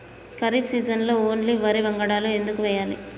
ఖరీఫ్ సీజన్లో ఓన్లీ వరి వంగడాలు ఎందుకు వేయాలి?